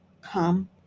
come